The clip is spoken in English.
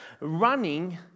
running